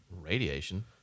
radiation